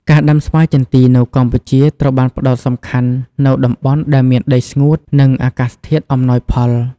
ការដាំស្វាយចន្ទីនៅកម្ពុជាត្រូវបានផ្តោតសំខាន់នៅតំបន់ដែលមានដីស្ងួត និងអាកាសធាតុអំណោយផល។